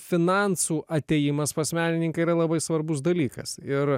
finansų atėjimas pas menininką yra labai svarbus dalykas ir